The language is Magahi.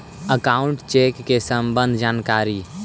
अकाउंट चेक के सम्बन्ध जानकारी?